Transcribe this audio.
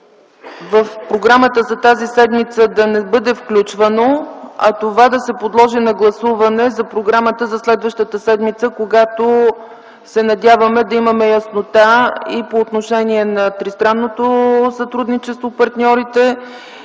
в програмата за тази седмица да не бъде включвано, а това да се подложи на гласуване за програмата за следващата седмица, когато се надяваме да имаме яснота и по отношение на тристранното сътрудничество, партньорите,